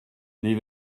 les